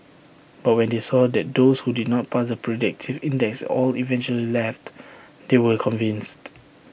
but when they saw that those who did not pass the predictive index all eventually left they were convinced